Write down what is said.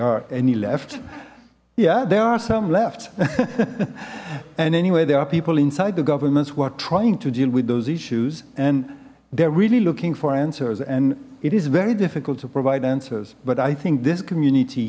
are any left yeah there are some left and anyway there are people inside the government's who are trying to deal with those issues and they're really looking for answers and it is very difficult to provide answers but i think this community